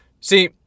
See